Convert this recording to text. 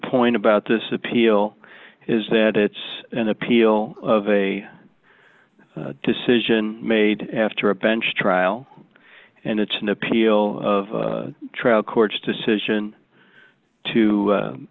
point about this appeal is that it's an appeal of a decision made after a bench trial and it's an appeal of trial court's decision to